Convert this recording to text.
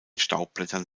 staubblättern